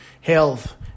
health